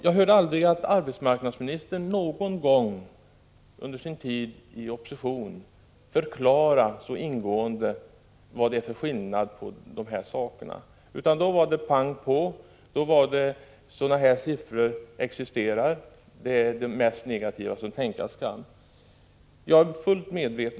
Jag hörde aldrig arbetsmarknadsministern någon gång under sin tid i opposition särskilt ingående förklara de skillnader som hon nu tar upp. Då var det ”pang på” — det här var de siffror som existerade, och de var de mest negativa som tänkas kunde.